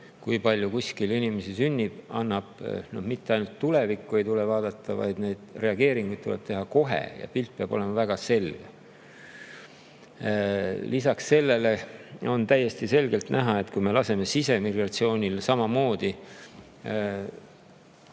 kui palju kuskil inimesi sünnib, ei anna [põhjust] mitte ainult tulevikku vaadata, vaid reageerida tuleb kohe ja pilt peab olema väga selge. Lisaks sellele on täiesti selgelt näha, et kui me laseme sisemigratsioonil samamoodi